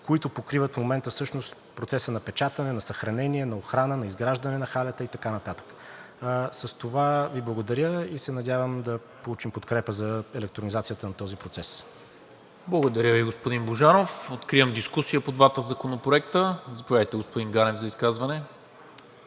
които покриват в момента всъщност процеса на печатане, на съхранение, на охрана, на изграждане на халета и така нататък. С това Ви благодаря и се надявам да получим подкрепа за електронизацията на този процес. ПРЕДСЕДАТЕЛ НИКОЛА МИНЧЕВ: Благодаря Ви, господин Божанов. Откривам дискусия по двата законопроекта. Заповядайте, господин Ганев, за изказване.